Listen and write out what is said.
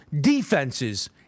defenses